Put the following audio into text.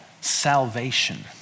salvation